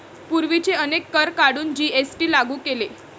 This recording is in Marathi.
पूर्वीचे अनेक कर काढून जी.एस.टी लागू केले